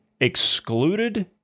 excluded